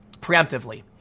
preemptively